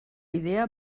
idea